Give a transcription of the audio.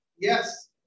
yes